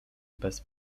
bez